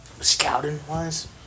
scouting-wise